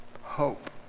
hope